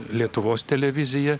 lietuvos televiziją